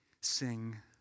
sing